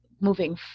moving